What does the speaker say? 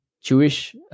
Jewish